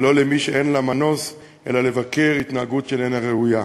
ולא למי שאין לה מנוס אלא לבקר התנהגות שאיננה ראויה.